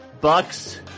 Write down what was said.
Bucks